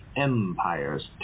empire's